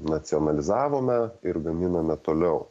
nacionalizavome ir gaminame toliau